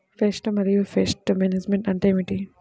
Pest మరియు pest management అంటే ఏమిటి?